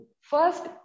first